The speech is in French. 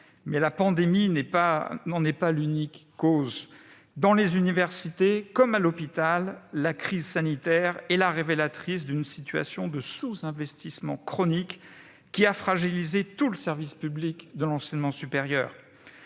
La pandémie n'en est pas l'unique cause : dans les universités, comme à l'hôpital, la crise sanitaire est révélatrice d'une situation de sous-investissement chronique, qui a fragilisé tout le service public de l'enseignement supérieur.